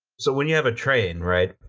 so, when you have a train, right,